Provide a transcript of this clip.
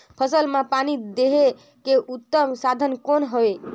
फसल मां पानी देहे के उत्तम साधन कौन हवे?